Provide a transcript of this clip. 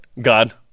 God